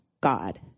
God